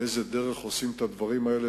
באיזו דרך עושים את הדברים האלה.